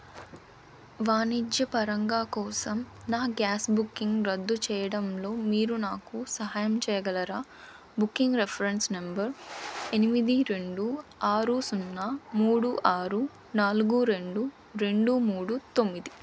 వాణిజ్యపరంగా కోసం నా గ్యాస్ బుకింగ్ను రద్దు చేయడంలో మీరు నాకు సహాయం చేయగలరా బుకింగ్ రిఫరెన్స్ నెంబర్ ఎనిమిది రెండు ఆరు సున్నా మూడు ఆరు నాలుగు రెండు రెండు మూడు తొమ్మిది